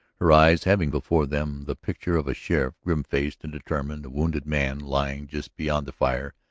her eyes having before them the picture of a sheriff, grim-faced and determined, a wounded man lying just beyond the fire,